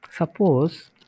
Suppose